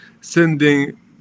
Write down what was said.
sending